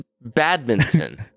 badminton